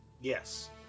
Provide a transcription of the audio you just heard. Yes